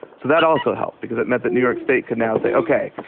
so that also helped because it meant that new york state can now say, ok,